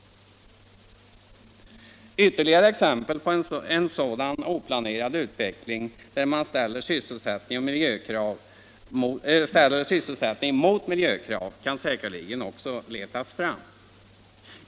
Ytterligare exempel på en sådan oplanerad utveckling där man ställer sysselsättning mot miljökrav kan säkerligen letas fram.